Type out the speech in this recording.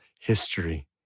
history